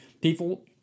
people